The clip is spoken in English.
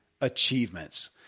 achievements